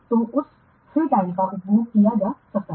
तो उस खाली समय का उपभोग किया जा सकता है